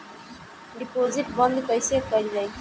Deposit बंद कैसे कैल जाइ?